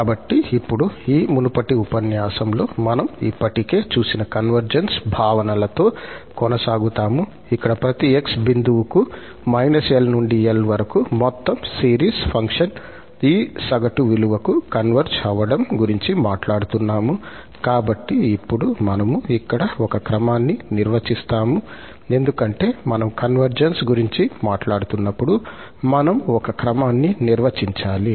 కాబట్టి ఇప్పుడు ఈ మునుపటి ఉపన్యాసంలో మనం ఇప్పటికే చూసిన కన్వర్జెన్స్ భావనలతో కొనసాగుతాము ఇక్కడ ప్రతి 𝑥 బిందువుకు −𝐿 నుండి 𝐿 వరకు మొత్తం సిరీస్ ఫంక్షన్ ఈ సగటు విలువకు కన్వర్జ్ అవ్వడం గురించి మాట్లాడుతున్నాము కాబట్టి ఇప్పుడు మనము ఇక్కడ ఒక క్రమాన్ని నిర్వచిస్తాము ఎందుకంటే మనం కన్వర్జెన్స్ గురించి మాట్లాడుతున్నప్పుడు మనం ఒక క్రమాన్ని నిర్వచించాలి